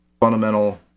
fundamental